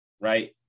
right